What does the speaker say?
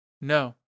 No